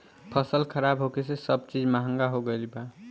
फसल खराब होखे से सब चीज महंगा हो गईल बा